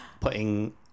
putting